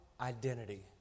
identity